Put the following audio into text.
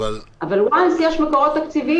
ברגע שיש מקורות תקציביים,